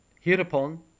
Hereupon